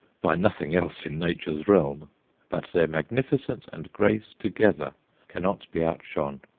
by nothing else in nature's realm but their magnificence and grace together cannot be outshone.